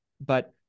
But-